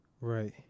right